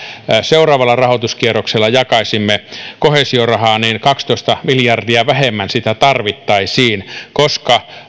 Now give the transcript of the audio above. seuraavalla rahoituskierroksella jakaisimme koheesiorahaa niin kaksitoista miljardia vähemmän sitä tarvittaisiin koska